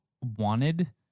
wanted